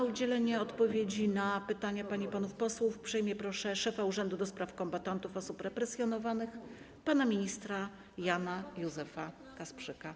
O udzielenie odpowiedzi na pytania pań i panów posłów uprzejmie proszę szefa Urzędu do Spraw Kombatantów i Osób Represjonowanych pana ministra Jana Józefa Kasprzyka.